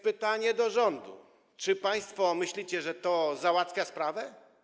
Pytanie do rządu: Czy państwo myślicie, że to załatwia sprawę?